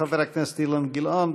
חבר הכנסת אילן גילאון,